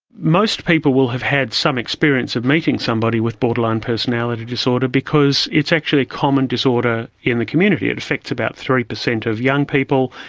most people will have had some experience of meeting somebody with borderline personality disorder because it's actually a common disorder in the community, it affects about three percent of young people,